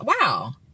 wow